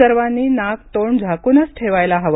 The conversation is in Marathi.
सर्वांनी नाक तोंड झाकुनच ठेवायला हवे